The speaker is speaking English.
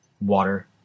water